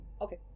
Okay